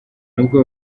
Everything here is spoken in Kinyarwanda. nubwo